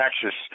texas